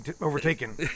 overtaken